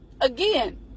again